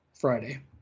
Friday